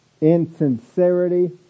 insincerity